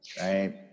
right